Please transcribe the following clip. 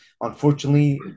Unfortunately